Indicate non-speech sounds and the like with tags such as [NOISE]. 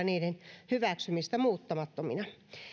[UNINTELLIGIBLE] niiden hyväksymistä muuttamattomina